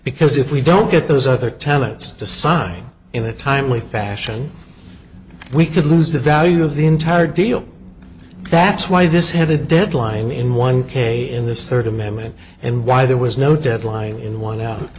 because if we don't get those other talents to sign in a timely fashion we could lose the value of the entire deal that's why this had a deadline in one k in this third amendment and why there was no deadline in one hou